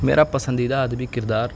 میرا پسندیدہ ادبی کردار